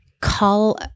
call